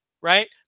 right